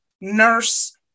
nurse